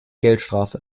geldstrafe